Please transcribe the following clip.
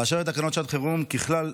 באשר לתקנות שעת חירום, ככלל,